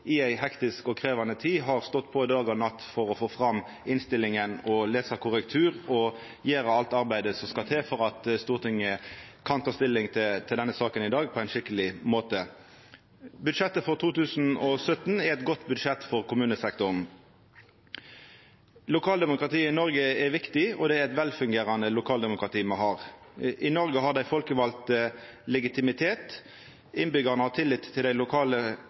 i ei hektisk og krevjande tid har stått på dag og natt for å få fram innstillinga, lese korrektur og gjort alt arbeidet som skal til for at Stortinget kan ta stilling til denne saka i dag på ein skikkeleg måte. Budsjettet for 2017 er eit godt budsjett for kommunesektoren. Lokaldemokratiet i Noreg er viktig, og det er eit velfungerande lokaldemokrati me har. I Noreg har dei folkevalde legitimitet, innbyggjarane har tillit til at dei lokale